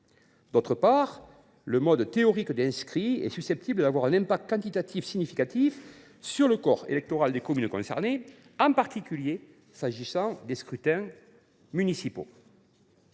ailleurs, le nombre théorique d’inscrits est susceptible d’avoir un effet quantitatif significatif sur le corps électoral des communes concernées, en particulier lors des scrutins municipaux.